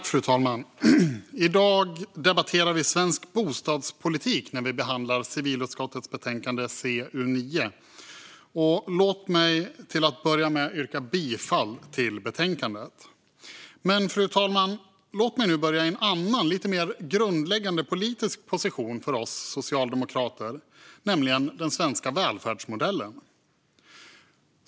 Fru talman! I dag debatterar vi svensk bostadspolitik när vi behandlar civilutskottets betänkande CU9. Låt mig först yrka bifall till förslaget i betänkandet. Men, fru talman, låt mig nu börja i en annan, lite mer grundläggande politisk position för oss socialdemokrater, nämligen den svenska välfärdsmodellen.